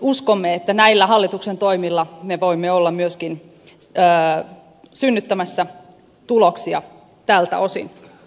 uskomme että näillä hallituksen toimilla me voimme olla myöskin synnyttämässä tuloksia tältä osin